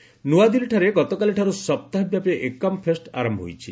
Ekam fest ନୂଆଦିଲ୍ଲୀଠାରେ ଗତକାଲିଠାରୁ ସପ୍ତାହବ୍ୟାପୀ ଏକାମ୍ ଫେଷ୍ଟ ଆରମ୍ଭ ହୋଇଛି